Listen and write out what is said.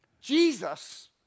Jesus